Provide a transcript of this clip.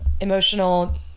emotional